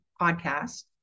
podcast